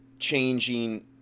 changing